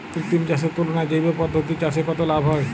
কৃত্রিম চাষের তুলনায় জৈব পদ্ধতিতে চাষে কত লাভ হয়?